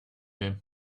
him